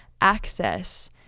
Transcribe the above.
access